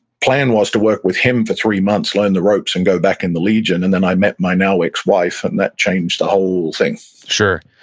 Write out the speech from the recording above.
plan was to work with him for three months, learn the ropes, and go back in the legion. and then i met my now-ex-wife, and that changed the whole thing sure.